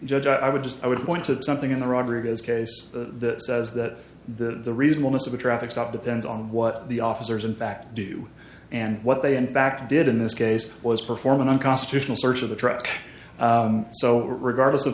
judge i would just i would point to something in the rodriguez case the says that the reason most of a traffic stop depends on what the officers in fact do and what they in fact did in this case was perform an unconstitutional search of the truck so regardless of